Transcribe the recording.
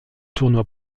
tournoi